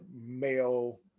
male